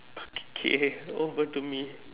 okay over to me